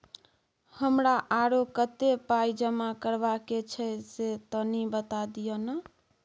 हमरा आरो कत्ते पाई जमा करबा के छै से तनी बता दिय न?